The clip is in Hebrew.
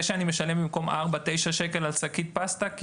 שאני משלם במקום ארבעה שקלים על שקית פסטה עשרה שקלים,